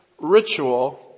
ritual